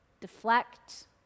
deflect